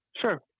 Sure